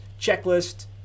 checklist